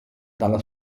dalla